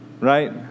right